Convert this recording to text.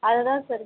அது தான் சரி